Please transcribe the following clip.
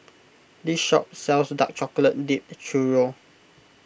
this shop sells Dark Chocolate Dipped Churro